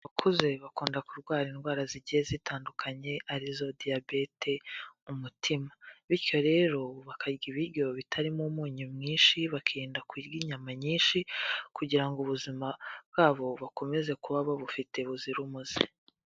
Abakuze bakunda kurwara indwara zigiye zitandukanye arizo diyabete, umutima, bityo rero bakarya ibiryo bitarimo umunyu mwinshi, bakirinda kurya inyama nyinshi kugira ngo ubuzima bwabo bakomeze kuba bufite buzira umuze.